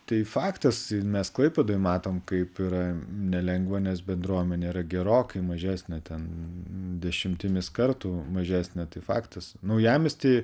tai faktas mes klaipėdoj matom kaip yra nelengva nes bendruomenė yra gerokai mažesnė ten dešimtimis kartų mažesnė tai faktas naujamiesty